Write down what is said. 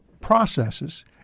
processes